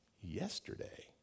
Yesterday